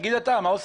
אתה יודע